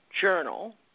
journal